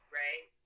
right